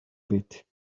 bit